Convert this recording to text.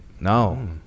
No